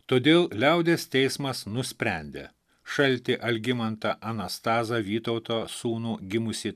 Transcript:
todėl liaudies teismas nusprendė šaltį algimantą anastazą vytauto sūnų gimusį